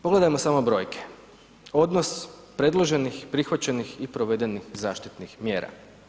Pogledajmo samo brojke, odnos predloženih, prihvaćenih i provedenih zaštitnih mjera.